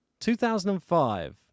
2005